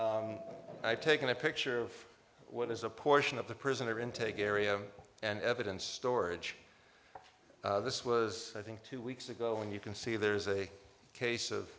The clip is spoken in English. i've taken a picture of what is a portion of the prisoner intake area and evidence storage this was i think two weeks ago and you can see there's a case